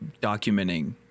documenting